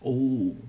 oh